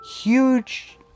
huge